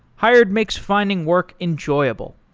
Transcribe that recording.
hired makes finding work enjoyable.